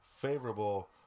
favorable